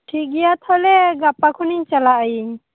ᱴᱷᱤᱠ ᱜᱮᱭᱟ ᱛᱟᱦᱚᱞᱮ ᱜᱟᱯᱟ ᱠᱷᱚᱱᱤᱧ ᱪᱟᱞᱟᱜ ᱟᱭᱤᱧ